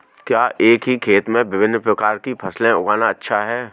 क्या एक ही खेत में विभिन्न प्रकार की फसलें उगाना अच्छा है?